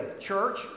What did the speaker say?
church